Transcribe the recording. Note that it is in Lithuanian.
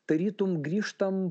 tarytum grįžtam